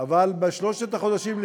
אני חייבת לשאול אותך שאלה: